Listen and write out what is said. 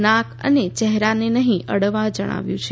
નાક અને ચહેરાને નહીં અડવા જણાવાયું છે